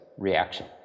reaction